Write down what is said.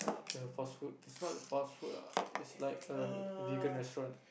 the fast food it's not a fast food lah it's like a vegan restaurant